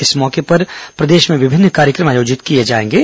इस मौके पर प्रदेश में विभिन्न कार्यक्रम आयोजित किए जाएंगे